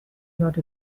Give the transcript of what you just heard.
not